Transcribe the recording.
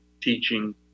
teaching